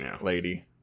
lady